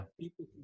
people